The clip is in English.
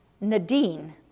Nadine